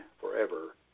forever